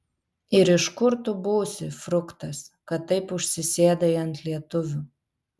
ir iš kur tu būsi fruktas kad taip užsisėdai ant lietuvių